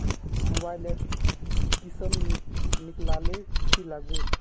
Mobile लेर किसम निकलाले की लागबे?